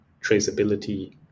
traceability